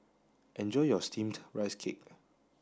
enjoy your steamed rice cake